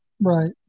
right